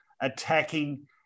attacking